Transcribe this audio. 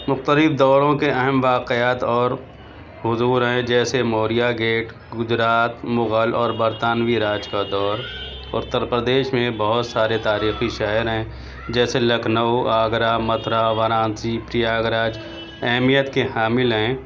مختلف دوروں کے اہم واقعات اور حضور ہے جیسے موریا گیٹ گجرات مغل اور برطانوی راج کا دور اتر پردیش میں بہت سارے تاریخی شہر ہیں جیسے لکھنؤ آگرہ متھرا وارانسی پریاگ راج اہمیت کے حامل ہیں